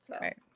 Right